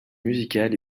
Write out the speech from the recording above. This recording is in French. musicale